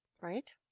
Right